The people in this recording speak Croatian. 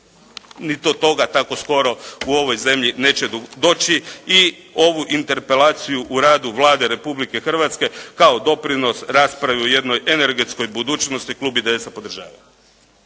ni do toga tako skoro u ovoj zemlji neće doći. I ovu interpelaciju o radu Vlade Republike Hrvatske kao doprinos raspravi o jednoj energetskoj budućnosti klub IDS-a podržava.